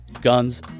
guns